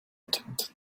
attempt